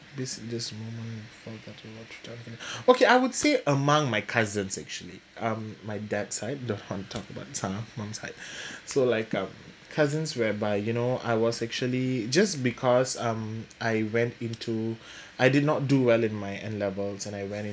this this moment where for me okay I would say among my cousins actually um my dad side don't want to talk about uh mum's side so like um cousins whereby you know I was actually just because um I went into I did not do well in my N levels and I went in